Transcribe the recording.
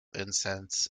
incense